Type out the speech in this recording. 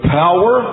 power